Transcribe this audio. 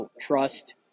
trust